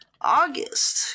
August